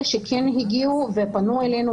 אלה שכן הגיעו ופנו אלינו,